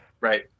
Right